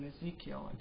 Ezekiel